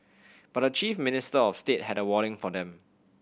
but the chief minister of the state had a warning for them